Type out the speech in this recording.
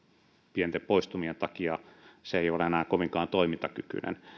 pienten poistumien takia se ei ole enää kovinkaan toimintakykyinen